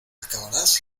acabarás